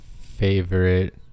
favorite